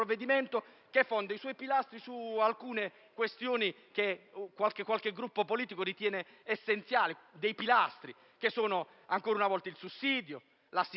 che fonda i suoi pilastri su alcune questioni che qualche gruppo politico ritiene essenziali - pilastri che sono nuovamente il sussidio, l'assistenza